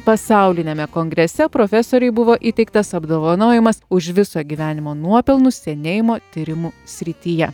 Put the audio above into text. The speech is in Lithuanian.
pasauliniame kongrese profesorei buvo įteiktas apdovanojimas už viso gyvenimo nuopelnus senėjimo tyrimų srityje